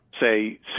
say